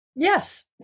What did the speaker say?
Yes